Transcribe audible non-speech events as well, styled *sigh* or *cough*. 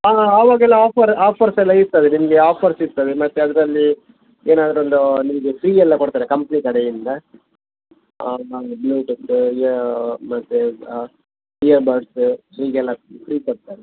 ಹಾಂ ಅವಾಗೆಲ್ಲ offer offers ಎಲ್ಲ ಇರ್ತದೆ ನಿಮಗೆ ಆಫರ್ಸ್ ಇರ್ತದೆ ಮತ್ತು ಅದರಲ್ಲಿ ಏನಾದ್ರೊಂದು ನಿಮಗೆ ಫ್ರೀ ಎಲ್ಲ ಕೊಡ್ತಾರೆ ಕಂಪ್ನಿ ಕಡೆಯಿಂದ *unintelligible* ಮತ್ತು *unintelligible* ಹೀಗೆಲ್ಲ ಫ್ರೀ ಕೊಡ್ತಾರೆ